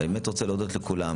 אני רוצה להודות לכולם,